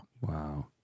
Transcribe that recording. Wow